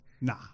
Nah